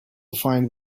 find